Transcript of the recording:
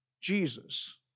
Jesus